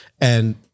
And-